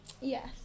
Yes